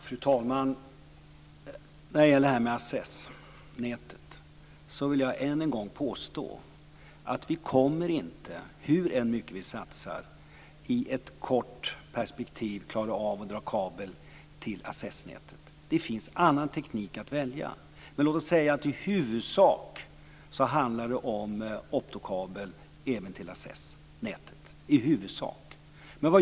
Fru talman! Jag vill än en gång påstå att vi i ett kort perspektiv inte kommer att klara av att dra kabel till accessnätet hur mycket vi än satsar. Det finns annan teknik att välja. Men låt oss säga att det i huvudsak handlar om optokabel även till accessnätet.